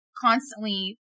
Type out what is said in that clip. constantly